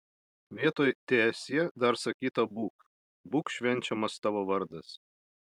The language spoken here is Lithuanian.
vietoj teesie dar sakyta būk būk švenčiamas vardas tavo